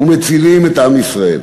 ומצילים את עם ישראל.